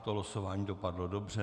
To losování dopadlo dobře.